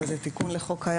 הרי זה תיקון לחוק קיים,